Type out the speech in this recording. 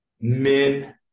men